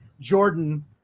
Jordan